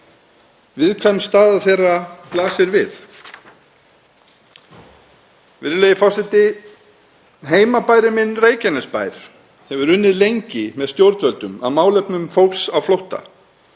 Viðkvæm staða þeirra blasir við. Virðulegi forseti. Heimabærinn minn, Reykjanesbær, hefur unnið lengi með stjórnvöldum að málefnum fólks á flótta